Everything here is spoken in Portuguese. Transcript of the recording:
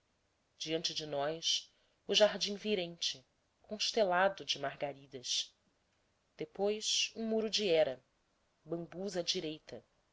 diante de nós o jardim virente constelado de margaridas depois um muro de hera bambus à direita